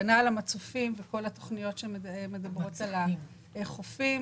הגנה על המצופים וכל התוכניות שמדברות על החופים.